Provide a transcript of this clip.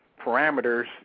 parameters